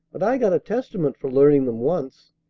but i got a testament for learning them once.